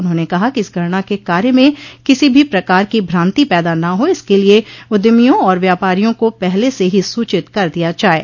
उन्होंने कहा कि इस गणना के कार्य में किसी भी प्रकार की भांति पैदा न हो इसके लिये उद्यमियों और व्यापारियों को पहले से ही सूचित कर दिया जाये